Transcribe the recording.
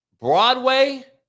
Broadway